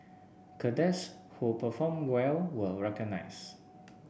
cadets who performed well were recognised